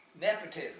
Nepotism